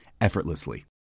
effortlessly